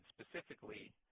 specifically